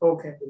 Okay